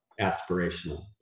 aspirational